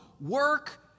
Work